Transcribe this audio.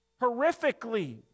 horrifically